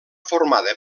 formada